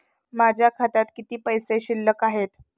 माझ्या खात्यात किती पैसे शिल्लक आहेत?